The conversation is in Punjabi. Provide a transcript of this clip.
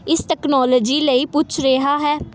ਇਸ ਤਕਨਾਲੋਜੀ ਲਈ ਪੁੱਛ ਰਿਹਾ ਹੈ